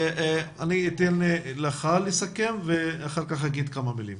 אני אתן לך לסכם ואחר כך אומר כמה מילים.